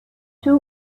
two